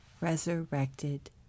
resurrected